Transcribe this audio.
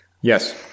Yes